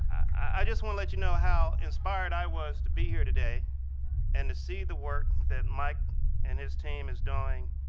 i just want to let you know how inspired i was to be here today and to see the work that mike and his team is doing,